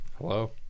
Hello